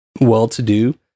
well-to-do